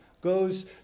goes